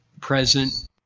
present